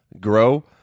grow